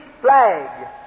flag